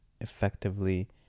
effectively